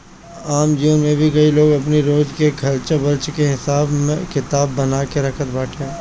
आम जीवन में भी कई लोग अपनी रोज के खर्च वर्च के हिसाब किताब बना के रखत बाटे